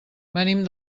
venim